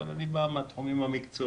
אבל אני בא מהתחומים המקצועיים,